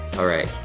all right,